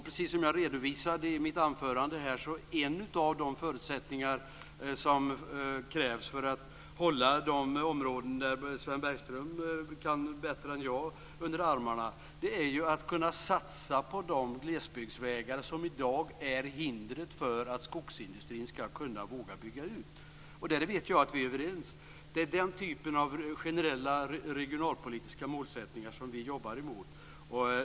En av de förutsättningar som krävs för de områden Sven Bergström håller under armarna, är att satsa på de glesbygdsvägar som i dag är hindret för att skogsindustrin ska våga bygga ut. Vi är överens. Det är den typen av generella regionalpolitiska målsättningar som vi jobbar mot.